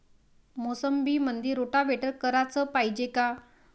मोसंबीमंदी रोटावेटर कराच पायजे का?